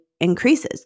increases